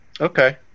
Okay